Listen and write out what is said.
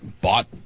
bought